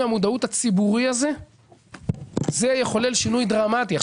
המודעות הציבורי הזה זה יחולל שינוי דרמטי.